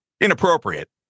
inappropriate